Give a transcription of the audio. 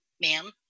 ma'am